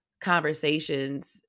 conversations